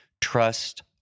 trust